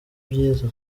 byiza